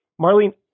Marlene